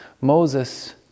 Moses